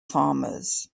farmers